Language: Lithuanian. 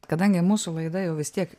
kadangi mūsų laida jau vis tiek